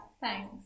thanks